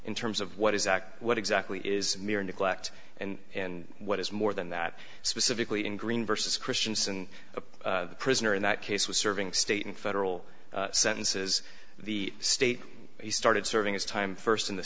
in terms of what is act what exactly is mere neglect and what is more than that specifically in green versus christianson a prisoner in that case was serving state and federal sentences the state he started serving his time first in the